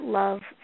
love